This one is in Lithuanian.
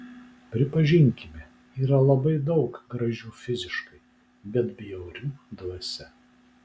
pripažinkime yra labai daug gražių fiziškai bet bjaurių dvasia